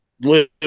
live